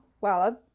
wow